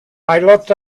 looked